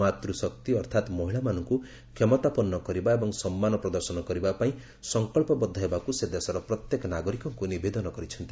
ମାତୃଶକ୍ତି ଅର୍ଥାତ୍ ମହିଳାମାନଙ୍କୁ କ୍ଷମତାପନ୍ନ କରିବା ଏବଂ ସମ୍ମାନ ପ୍ରଦର୍ଶନ କରିବା ପାଇଁ ସଂକଳ୍ପବଦ୍ଧ ହେବାକୁ ସେ ଦେଶର ପ୍ରତ୍ୟେକ ନାଗରିକଙ୍କୁ ନିବେଦନ କରିଛନ୍ତି